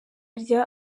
rya